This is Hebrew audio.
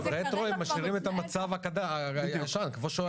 רטרו הם משאירים את המצב הישן כמו שהוא היה.